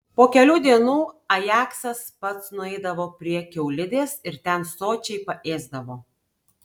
po kelių dienų ajaksas pats nueidavo prie kiaulidės ir ten sočiai paėsdavo